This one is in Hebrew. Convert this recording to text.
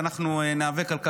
ואנחנו ניאבק על.